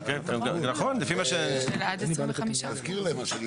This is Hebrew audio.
כמשמעותו בסעיף 49כ,